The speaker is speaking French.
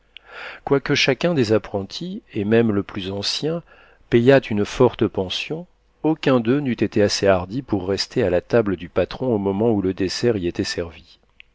quoique chacun des apprentis et même le plus ancien payât une forte pension aucun d'eux n'eût été assez hardi pour rester à la table du patron au moment où le dessert y était servi